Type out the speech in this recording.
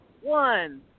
One